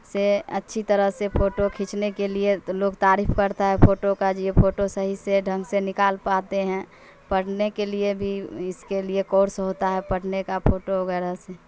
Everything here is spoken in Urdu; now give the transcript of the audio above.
سے اچھی طرح سے پھوٹو کھینچنے کے لیے تو لوگ تعریف کرتا ہے فوٹو کا جو یہ فوٹو صحیح سے ڈھنگ سے نکال پاتے ہیں پڑھنے کے لیے بھی اس کے لیے کورس ہوتا ہے پڑھنے کا پھوٹو وغیرہ سے